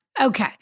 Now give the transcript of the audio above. Okay